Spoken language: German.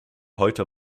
heute